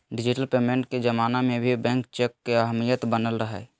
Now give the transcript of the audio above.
digital payment के जमाना में भी बैंक चेक के अहमियत बनल हइ